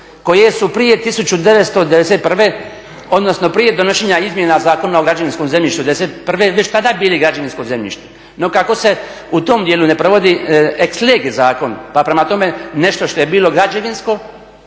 Koje su prije 1991. odnosno prije donošenja izmjena Zakona o građevinskom zemljištu '91. već tada bili građevinsko zemljište. No kako se u tom dijelu ne provodi ex lege zakon pa prema tome nešto što je bilo građevinsko